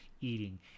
eating